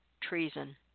treason